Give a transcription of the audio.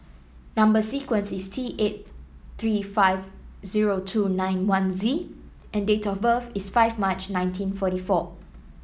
number sequence is T eight three five zero two nine one Z and date of birth is five March nineteen forty four